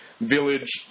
village